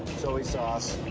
soy sauce.